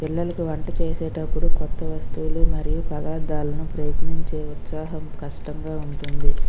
పిల్లలకు వంట చేసేటప్పుడు కొత్త వస్తువులు మరియు పదార్ధాలను ప్రయత్నించే ఉత్సాహం కష్టంగా ఉంటుంది